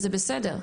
וזה בסדר.